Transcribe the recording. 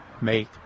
make